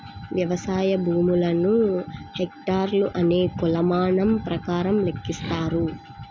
వ్యవసాయ భూములను హెక్టార్లు అనే కొలమానం ప్రకారం లెక్కిస్తారు